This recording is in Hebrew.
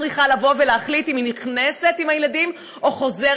צריכה לבוא ולהחליט אם היא נכנסת עם הילדים או חוזרת,